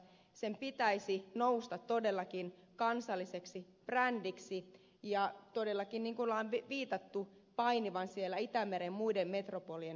sen pitäisi nousta todellakin kansalliseksi brändiksi ja todellakin niin kuin on viitattu painia siellä itämeren muiden metropolien sarjassa